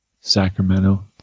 Sacramento